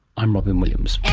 i'm robyn williams